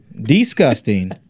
disgusting